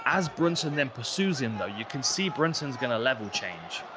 as brunson then pursues him though, you can see brunson's gonna level change.